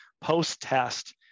post-test